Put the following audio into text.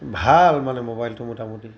ভাল মানে মোবাইলটো মোটামুটি